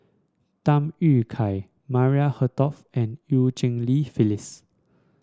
Tham Yui Kai Maria Hertogh and Eu Cheng Li Phyllis